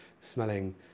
smelling